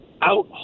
out